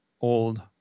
old